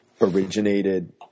originated –